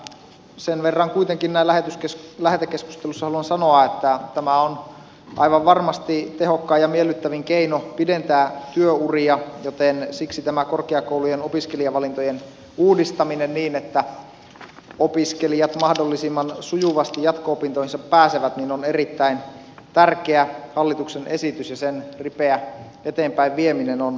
sen verran kuitenkin näin lähetekeskustelussa haluan sanoa että tämä on aivan varmasti tehokkain ja miellyttävin keino pidentää työuria joten siksi tämä korkeakoulujen opiskelijavalintojen uudistaminen niin että opiskelijat mahdollisimman sujuvasti jatko opintoihinsa pääsevät on erittäin tärkeä hallituksen esitys ja sen ripeä eteenpäinvieminen on tärkeää